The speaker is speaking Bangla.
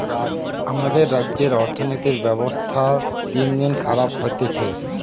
আমাদের রাজ্যের অর্থনীতির ব্যবস্থা দিনদিন খারাপ হতিছে